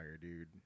Dude